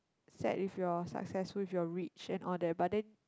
sad if you're successful if you're rich and all the but then